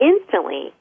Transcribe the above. instantly